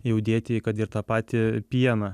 jau dėti kad ir į tą patį pieną